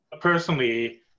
personally